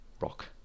rock